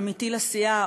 עמיתי לסיעה,